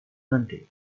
nanti